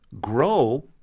GROW